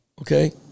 Okay